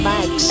Max